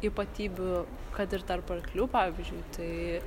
ypatybių kad ir tarp arklių pavyzdžiui tai